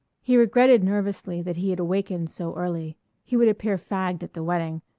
he regretted nervously that he had awakened so early he would appear fagged at the wedding.